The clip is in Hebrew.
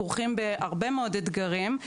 כרוכים בהרבה מאוד אתגרים,